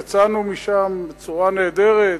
יצאנו משם בצורה נהדרת,